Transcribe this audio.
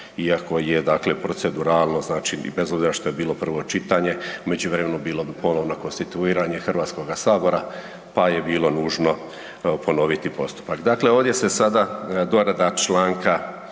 iako je dakle proceduralno, znači bez obzira što je bilo prvo čitanje u međuvremenu bilo ponovno konstituiranje HS, pa je bilo nužno ponoviti postupak. Dakle, ovdje se sada dorada čl.